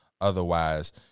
Otherwise